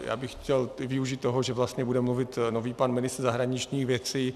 Já bych chtěl využít toho, že vlastně bude mluvit nový pan ministr zahraničních věcí.